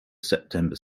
september